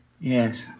Yes